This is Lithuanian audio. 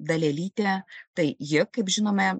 dalelytę tai ji kaip žinome